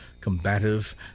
combative